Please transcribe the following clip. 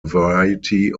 variety